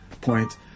point